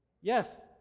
Yes